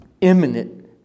imminent